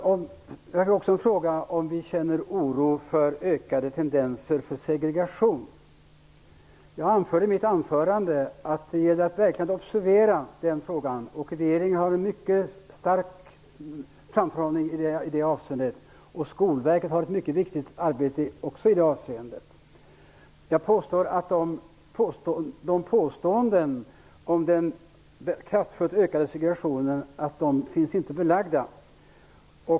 Jag fick också frågan om vi känner oro för ökade tendenser till segregation. Jag framhöll i mitt anförande att det gäller att verkligen observera den frågan. Regeringen hade en mycket stark framförhållning i det avseendet, och även Skolverket bedriver ett mycket viktigt sådant arbete. Jag hävdar att påståendena om den kraftfullt ökade segregationen inte finns belagda.